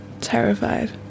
terrified